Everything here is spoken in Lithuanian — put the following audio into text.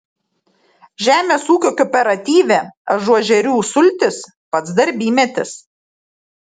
žemės ūkio kooperatyve ažuožerių sultys pats darbymetis